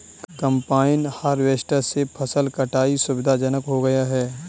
combine harvester से फसल कटाई सुविधाजनक हो गया है